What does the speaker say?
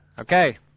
Okay